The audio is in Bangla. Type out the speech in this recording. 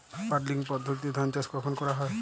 পাডলিং পদ্ধতিতে ধান চাষ কখন করা হয়?